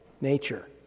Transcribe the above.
Nature